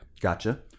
Gotcha